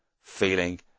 feeling